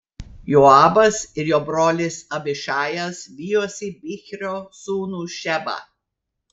joabas ir jo brolis abišajas vijosi bichrio sūnų šebą